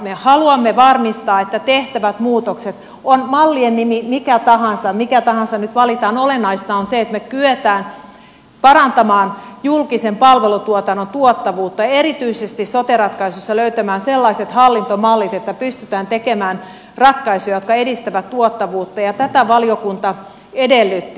me haluamme varmistaa että tehtävissä muutoksissa on mallin nimi mikä tahansa mikä tahansa nyt valitaan olennaista on se että me kykenemme parantamaan julkisen palvelutuotannon tuottavuutta ja erityisesti sote ratkaisussa löytämään sellaiset hallintomallit että pystytään tekemään ratkaisuja jotka edistävät tuottavuutta ja tätä valiokunta edellytti